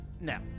No